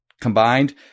combined